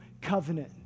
covenant